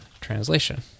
translation